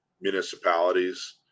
municipalities